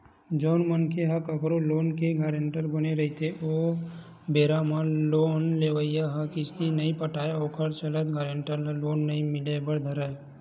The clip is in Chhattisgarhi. जउन मनखे ह कखरो लोन के गारंटर बने रहिथे ओ बेरा म लोन लेवइया ह किस्ती नइ पटाय ओखर चलत गारेंटर ल लोन नइ मिले बर धरय